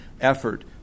effort